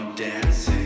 dancing